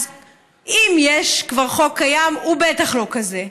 אז אם יש כבר חוק קיים, הוא בטח לא כזה,